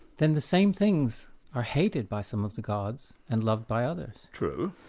then the same things are hated by some of the gods and loved by others? true.